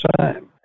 time